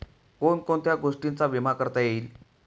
कोण कोणत्या गोष्टींचा विमा करता येईल?